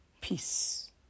peace